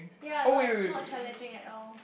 ya not not challenging at all